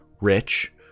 rich